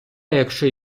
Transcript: якщо